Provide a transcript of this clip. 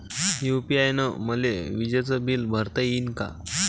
UPI न मले विजेचं बिल भरता यीन का?